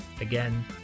Again